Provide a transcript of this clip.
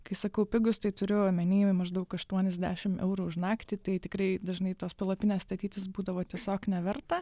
kai sakau pigūs tai turiu omeny maždaug aštuoniasdešim eurų už naktį tai tikrai dažnai tos palapinės statytis būdavo tiesiog neverta